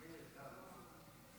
אדוני היושב-ראש,